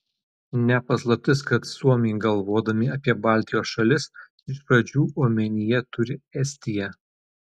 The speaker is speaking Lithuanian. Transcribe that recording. ne paslaptis kad suomiai galvodami apie baltijos šalis iš pradžių omenyje turi estiją